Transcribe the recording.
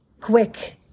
quick